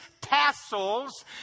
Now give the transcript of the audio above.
tassels